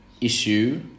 issue